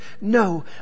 No